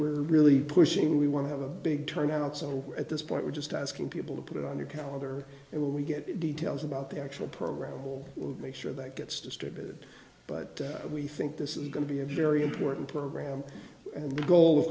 were really pushing we want to have a big turnout so at this point we're just asking people to put it on your calendar and we get details about the actual programmable will make sure that gets distributed but we think this is going to be a very important program and the goal of